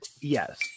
Yes